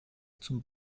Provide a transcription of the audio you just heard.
zum